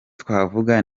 twavuga